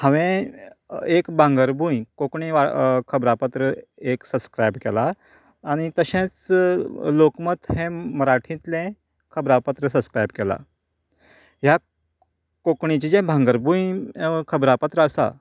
हांवे एक भांगरभूंय कोंकणी खबरापत्र एक ससक्रायब केलां आनी तशेंच लोकमत हें मराठीतले खबरापत्र ससक्रायब केलां ह्यात कोंकणीचे जे भांगरभूंय हें खबरापत्र आसा